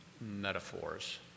metaphors